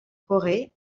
corée